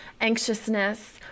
anxiousness